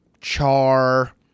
char